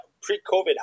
pre-covid